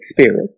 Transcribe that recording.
spirit